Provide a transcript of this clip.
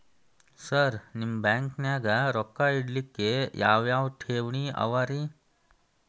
Sir ನಿಮ್ಮ ಬ್ಯಾಂಕನಾಗ ರೊಕ್ಕ ಇಡಲಿಕ್ಕೆ ಯಾವ್ ಯಾವ್ ಠೇವಣಿ ಅವ ರಿ?